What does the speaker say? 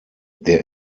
der